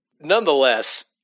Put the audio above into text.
Nonetheless